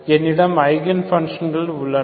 என்னிடம் ஐகன் பங்ஷன்கள் உள்ளன